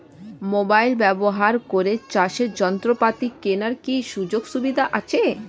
Mobile ব্যবহার করে চাষের যন্ত্রপাতি কেনার কি সুযোগ সুবিধা আছে?